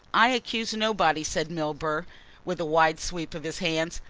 i accuse nobody, said milburgh with a wide sweep of his hands.